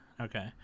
Okay